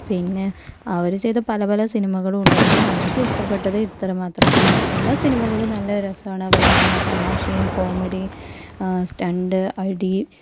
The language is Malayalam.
പിന്നെ അവരർ ചെയ്ത പല പല സിനിമകളും ഉണ്ട് അതിൽ നമുക്ക് ഇഷ്ടപ്പെട്ടത് ഇത്രമാത്രന്നെയാണ് എല്ലാ സിനിമകളും നല്ല രസമാണ് അവരെ കാണാൻ തമാശയും കോമഡി സ്റ്റണ്ട് അടി